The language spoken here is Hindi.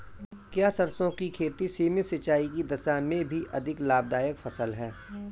क्या सरसों की खेती सीमित सिंचाई की दशा में भी अधिक लाभदायक फसल है?